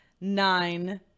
nine